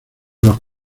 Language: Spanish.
los